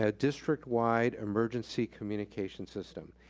a district-wide emergency communication system.